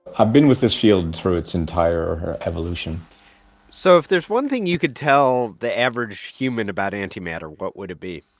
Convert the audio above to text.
i've been with this field through its entire evolution so if there's one thing you could tell the average human about antimatter, what would it be?